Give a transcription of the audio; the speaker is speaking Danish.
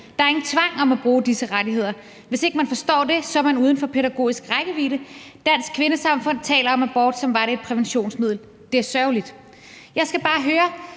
Der er ingen tvang om at bruge disse rettigheder. Hvis ikke man forstår det, så er man uden for pædagogisk rækkevidde. Dansk Kvindesamfund taler om abort, som var det et præventionsmiddel. Det er sørgeligt.« Jeg skal bare høre,